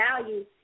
value